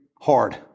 hard